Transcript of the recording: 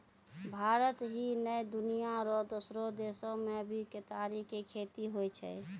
भारत ही नै, दुनिया रो दोसरो देसो मॅ भी केतारी के खेती होय छै